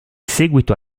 seguito